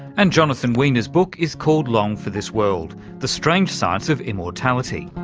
and jonathan weiner's book is called long for this world the strange science of immortality.